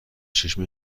چشم